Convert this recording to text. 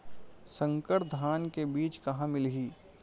संकर धान के बीज कहां मिलही?